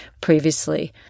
previously